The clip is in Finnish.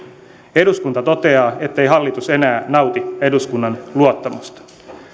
eduskunta toteaa ettei hallitus enää nauti eduskunnan luottamusta